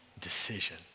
decision